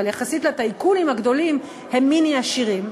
אבל יחסית לטייקונים הגדולים הם "מיני-עשירים"